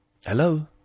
Hello